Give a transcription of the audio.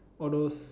all those